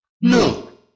No